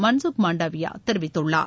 மன்சுக் மாண்டவியா தெரிவித்துள்ளார்